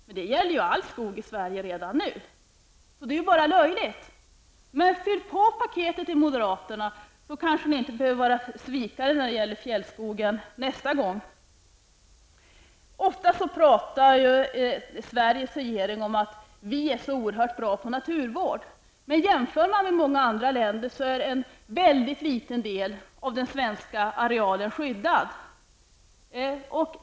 Men det gäller ju redan nu för all skog i Sverige, så det förslaget var bara löjligt. Men om ni moderater fyller på paketet kanske ni inte behöver vara svikare när det gäller fjällskogen nästa gång! Sveriges regering talar ofta om att vi i Sverige är så oerhört bra på naturvård. Men i jämförelse med många andra länder är en mycket liten andel av den svenska arealen skyddad.